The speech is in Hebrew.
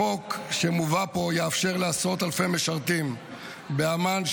החוק שמובא פה יאפשר לעשרות אלפי משרתים באמ"ן,